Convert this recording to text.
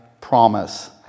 promise